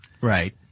Right